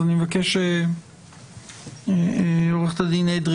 אני מבקש עורכת הדין אדרי